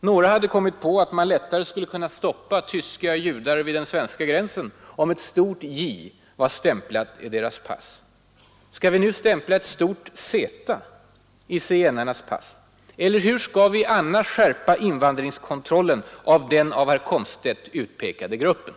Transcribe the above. Några hade kommit på att man lättare skulle kunna stoppa tyska judar vid den svenska gränsen om ett stort J var stämplat i deras pass. Skall vi nu stämpla ett stort Z i zigenarnas pass eller hur skall vi annars skärpa invandringskontrollen av den av herr Komstedt utpekade gruppen?